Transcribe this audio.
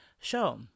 show